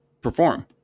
perform